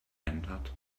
entered